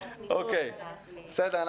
בסדר,